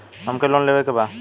हमके लोन लेवे के बा?